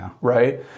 right